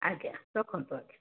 ଆଜ୍ଞା ରଖନ୍ତୁ ଆଜ୍ଞା